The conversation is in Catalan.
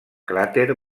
cràter